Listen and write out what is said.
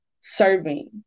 serving